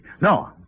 No